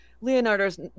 Leonardo's